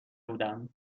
بودم